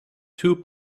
two